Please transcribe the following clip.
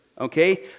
okay